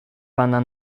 pana